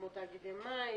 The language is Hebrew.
כמו תאגידי מים,